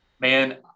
man